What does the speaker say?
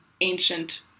ancient